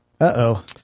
Uh-oh